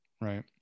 Right